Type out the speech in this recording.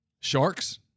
Sharks